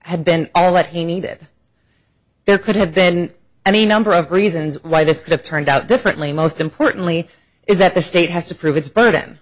have been all that he needed there could have been any number of reasons why this could have turned out differently most importantly is that the state has to prove its burden